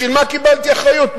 בשביל מה קיבלתי אחריות?